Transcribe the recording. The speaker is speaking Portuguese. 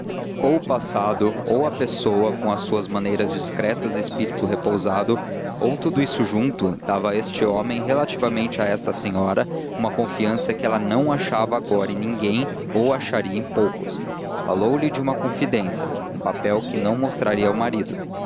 ou o passado ou a pessoa com as suas maneiras discretas e espírito repousado ou tudo isso junto dava a este homem relativamente a esta senhora uma confiança que ela não achava agora em ninguém ou acharia em poucos falou-lhe de uma confidência um papel que não mostraria ao marido